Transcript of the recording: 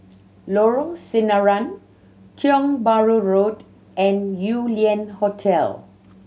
Lorong Sinaran Tiong Bahru Road and Yew Lian Hotel